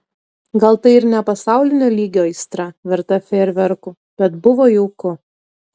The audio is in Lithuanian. gal tai ir ne pasaulinio lygio aistra verta fejerverkų bet buvo jauku